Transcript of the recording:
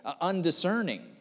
undiscerning